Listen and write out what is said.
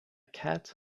cat